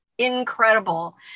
Incredible